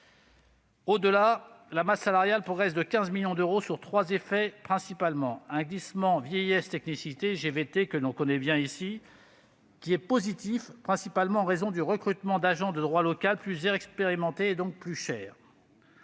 Au-delà, la masse salariale progresse de 15 millions d'euros sous trois effets principalement : un glissement vieillesse technicité, ou GVT, que nous connaissons bien ici, qui est positif, principalement en raison du recrutement d'agents de droit local, plus expérimentés et donc plus chers